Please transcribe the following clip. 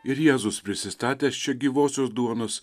ir jėzus prisistatęs čia gyvosios duonos